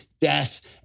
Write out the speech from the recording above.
death